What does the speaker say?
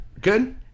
Good